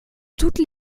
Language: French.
toutes